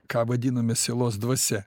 ką vadiname sielos dvasia